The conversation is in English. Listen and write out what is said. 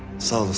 cell.